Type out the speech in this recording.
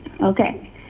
Okay